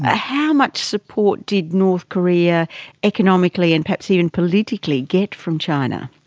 ah how much support did north korea economically and perhaps even politically get from china?